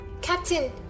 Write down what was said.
Captain